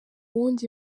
wundi